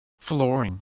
flooring